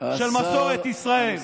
של מסורת ישראל.